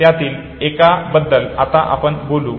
त्यातील एका बद्दल आता आपण बोलू